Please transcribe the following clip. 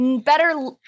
Better